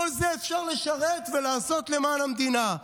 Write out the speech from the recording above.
בכל זה אפשר לשרת ולעשות למען המדינה,